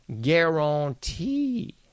guarantee